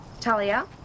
Talia